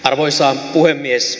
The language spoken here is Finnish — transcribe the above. arvoisa puhemies